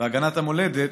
בהגנת המולדת